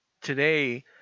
today